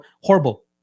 horrible